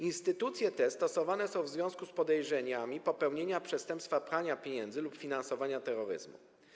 Instytucje te stosowane są w związku z podejrzeniami popełnienia przestępstwa prania pieniędzy lub finansowania terroryzmu.